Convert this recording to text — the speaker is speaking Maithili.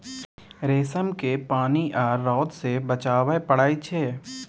रेशम केँ पानि आ रौद सँ बचाबय पड़इ छै